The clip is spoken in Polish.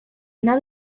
nad